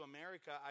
America